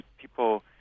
people